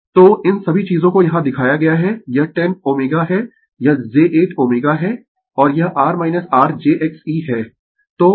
तो इन सभी चीजों को यहाँ दिखाया गया है यह 10 Ω है यह j 8 Ω है और यह r r j X E है